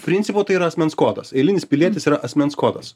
principo tai yra asmens kodas eilinis pilietis yra asmens kodas